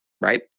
Right